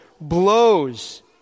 blows